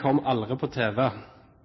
kom aldri på TV.